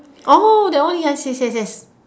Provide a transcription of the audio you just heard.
oh that one ya yes yes yes yes